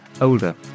older